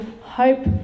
hope